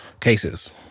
cases